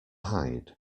hide